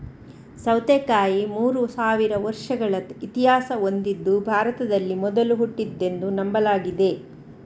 ಸೌತೆಕಾಯಿ ಮೂರು ಸಾವಿರ ವರ್ಷಗಳ ಇತಿಹಾಸ ಹೊಂದಿದ್ದು ಭಾರತದಲ್ಲಿ ಮೊದಲು ಹುಟ್ಟಿದ್ದೆಂದು ನಂಬಲಾಗಿದೆ